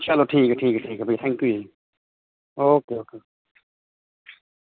चलो ठीक ऐ ठीक ऐ थैंक यू जी कोई निं